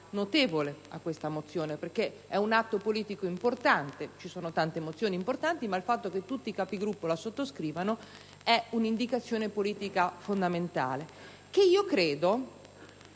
notevole a questa mozione perché si tratta di un atto politico importante. Tante sono le mozioni importanti, ma il fatto che tutti i Capigruppo ne sottoscrivano una è una indicazione politica fondamentale, che credo